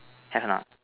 have or not